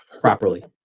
properly